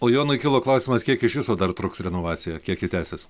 o jonui kilo klausimas kiek iš viso dar truks renovacija kiek ji tęsis